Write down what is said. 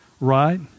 Right